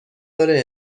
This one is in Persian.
داره